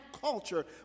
culture